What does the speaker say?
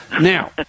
Now